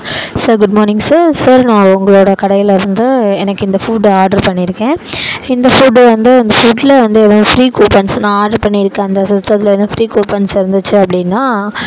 sir good morning sir sir நான் உங்களோட கடையிலேருந்து எனக்கு இந்த ஃபூட் ஆர்ட்ரு பண்ணியிருக்கேன் இந்த ஃபுட்டு வந்து இந்த ஃபுட்டில் வந்து எதுவும் ஃப்ரீ கூப்பன்ஸ்லாம் ஆர்ட்ரு பண்ணிருக்கேன் அந்த சிஸ்டத்தில் வந்து ஃப்ரீ கூப்பன்ஸ் இருந்துச்சு அப்படினா